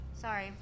sorry